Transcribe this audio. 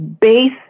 base